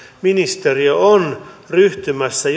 ministeriö on ryhtymässä